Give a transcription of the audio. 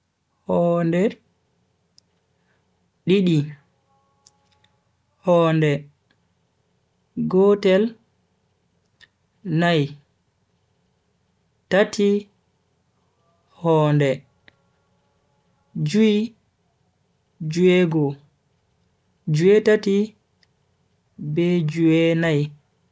Honde, didi, honde, gotel, nai, tati, honde, jui, ju'ego, ju'e tati be ju'e nai.